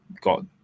got